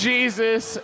Jesus